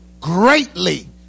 Greatly